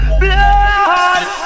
blood